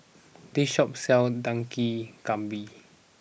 this shop sells Dak Galbi